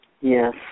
Yes